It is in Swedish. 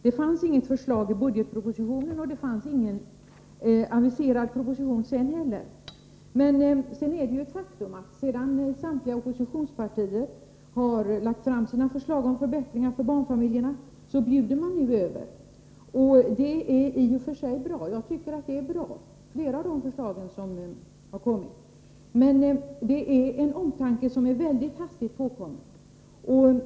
Det fanns inget förslag i budgetpropositionen, och ingen senare proposition aviserades heller. Det är ett faktum att regeringen bjuder över, sedan samtliga oppositionspartier har lagt fram sina förslag om förbättringar för barnfamiljerna. Jag tycker i och för sig att flera av de förslag som har kommit är bra, men det är en omtanke som är väldigt hastigt påkommen.